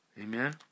Amen